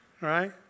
Right